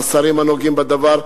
לשרים הנוגעים בדבר,